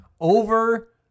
Over